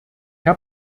herr